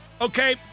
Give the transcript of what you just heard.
Okay